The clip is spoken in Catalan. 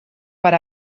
per